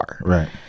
Right